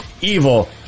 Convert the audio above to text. evil